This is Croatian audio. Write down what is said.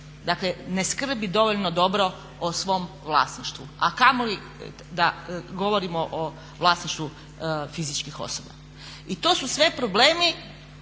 dakle ne skrbi dovoljno dobro o svom vlasništvu, a kamoli da govorimo o vlasništvu fizičkih osoba. I to su sve problemi